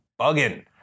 bugging